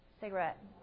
cigarette